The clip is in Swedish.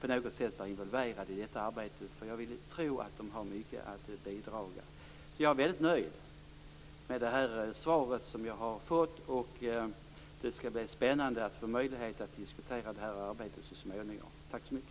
på något sätt blir involverade i detta arbete. Jag vill tro att de har mycket att bidra med. Jag är väldigt nöjd med svaret som jag har fått. Det skall bli spännande att få möjlighet att diskutera detta arbete så småningom. Tack så mycket.